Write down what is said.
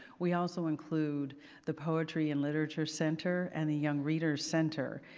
we also include the poetry and literature center and the young reader's center.